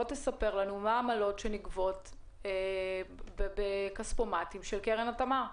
בוא תספר לנו מה העמלות שנגבות בכספומטים של קרן התמר.